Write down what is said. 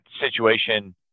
situation